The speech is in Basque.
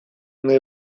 nahi